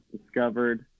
discovered